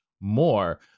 more